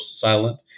silent